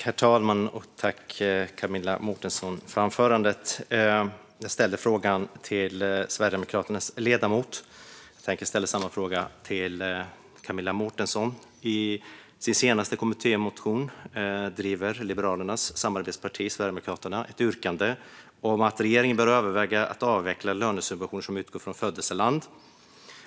Herr talman! Jag ställde en fråga till Sverigedemokraternas ledamot. Jag tänker ställa samma fråga till Camilla Mårtensen. I sin senaste kommittémotion driver Liberalernas samarbetsparti Sverigedemokraterna ett yrkande om att regeringen bör överväga att avveckla lönesubvention som utgår från födelseland.